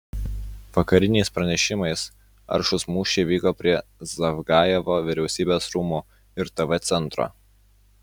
vakariniais pranešimais aršūs mūšiai vyko prie zavgajevo vyriausybės rūmų ir tv centro